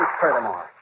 furthermore